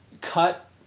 cut